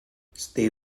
stay